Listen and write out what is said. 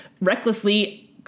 recklessly